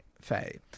Faye